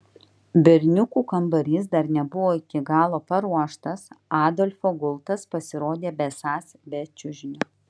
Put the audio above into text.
berniukų kambarys dar nebuvo iki galo paruoštas adolfo gultas pasirodė besąs be čiužinio